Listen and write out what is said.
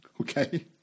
okay